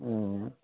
उम्म